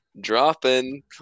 Dropping